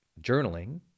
journaling